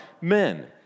men